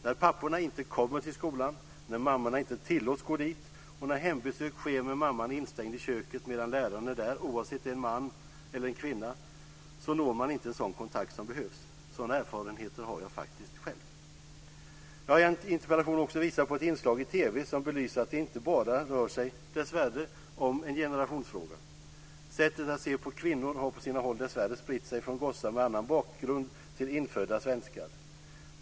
När papporna inte kommer till skolan, när mammorna inte tillåts gå dit och när hembesök sker med mamman instängd i köket medan läraren är där - oavsett om det är en man eller en kvinna - så når man inte sådan kontakt som behövs. Sådana erfarenheter har jag faktiskt själv. Jag har i interpellationen också visat på ett inslag i TV som belyser att detta dessvärre inte bara rör sig om en generationsfråga. Sättet att se på kvinnor har på sina håll dessvärre spritt sig från gossar med annan bakgrund till infödda svenskar.